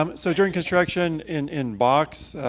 um so during construction in in box,